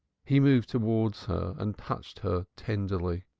he moved towards her and touched her tenderly.